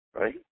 right